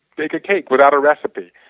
bake a cake without a recipe.